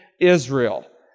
Israel